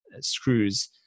screws